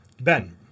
Ben